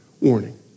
warning